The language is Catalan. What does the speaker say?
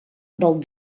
del